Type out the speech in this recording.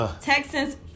Texans